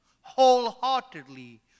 wholeheartedly